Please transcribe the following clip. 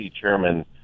chairman